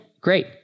great